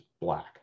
black